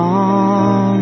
on